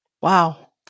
Wow